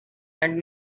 and